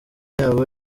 yabo